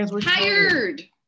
Tired